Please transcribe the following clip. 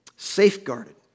safeguarded